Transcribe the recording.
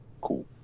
cool